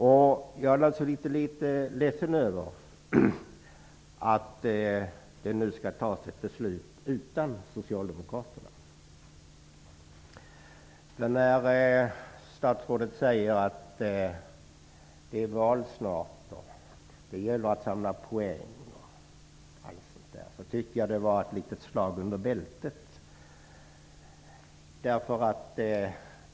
Jag är således naturligtvis litet ledsen över att beslut nu skall fattas utan Socialdemokraterna. Statsrådet säger att det snart är val och att det gäller att samla poäng osv. Jag tycker att det litet grand är ett slag under bältet.